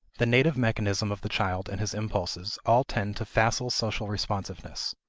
the native mechanism of the child and his impulses all tend to facile social responsiveness.